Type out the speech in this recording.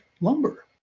lumber